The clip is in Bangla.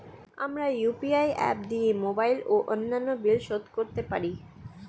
আমরা ইউ.পি.আই অ্যাপ দিয়ে মোবাইল ও অন্যান্য বিল শোধ করতে পারি